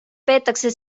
peetakse